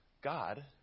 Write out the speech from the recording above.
God